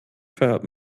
feiert